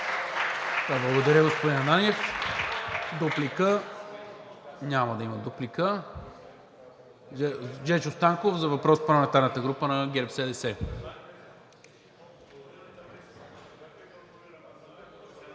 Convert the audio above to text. Благодаря, господин Ананиев. Дуплика? Няма да има дуплика. Жечо Станков за въпрос от парламентарната група на ГЕРБ СДС.